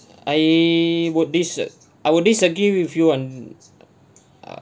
I would disag~ I would disagree with you on uh